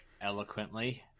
eloquently